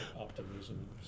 Optimism